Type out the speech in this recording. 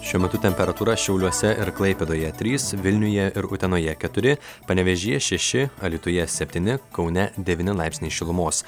šiuo metu temperatūra šiauliuose ir klaipėdoje trys vilniuje ir utenoje keturi panevėžyje šeši alytuje septyni kaune devyni laipsniai šilumos